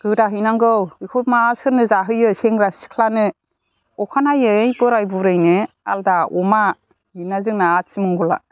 गोदा हैनांगौ बेखौ मा सोरनो जाहोयो सेंग्रा सिख्लानो अखानायै बोराइ बुरिनो आलदा अमा बेनो जोंना आथिमंगला